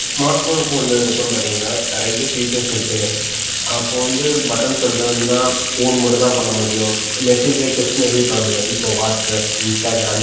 smart ஃபோனுக்கும் வந்ததுக்கப்புறம் பார்த்தீங்கன்னா நிறைய ஃப்யூச்சர்ஸ் இருக்குது அப்போது வந்து பட்டன் செல்லை வந்துனால் ஃபோன் மட்டும் தான் பண்ண முடியும் மெசேஜ்ஜில் டெக்ஸ்ட் மெசேஜ் பண்ண முடியும் இப்போ வாட்ஸ்அப் இன்ஸ்டாகிராம்